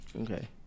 okay